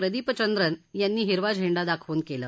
प्रदीपचंद्रन यांनी हिरवा झेंडा दाखवून केला